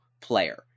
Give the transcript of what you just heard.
player